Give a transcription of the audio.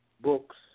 books